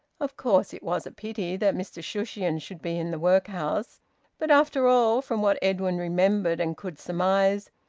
of course it was a pity that mr shushions should be in the workhouse but after all, from what edwin remembered and could surmise,